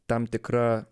tam tikra